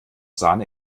sahne